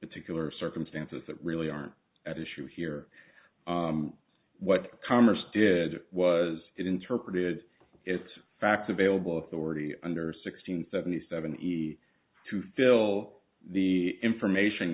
particular circumstances that really aren't at issue here what congress did was interpreted its fact available authority under sixteen seventy seven easy to fill the information